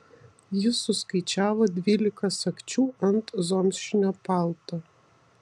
jis suskaičiavo dvylika sagčių ant zomšinio palto